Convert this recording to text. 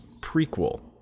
prequel